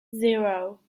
zero